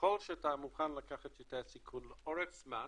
ככל שאתה מוכן לקחת יותר סיכון לאורך זמן,